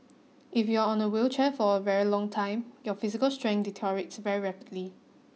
if you are on a wheelchair for a very long time your physical strength deteriorates very rapidly